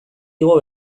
igo